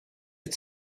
het